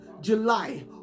July